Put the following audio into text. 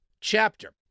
chapter